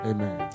Amen